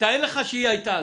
תאר לך שהיא הייתה.